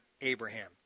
Abraham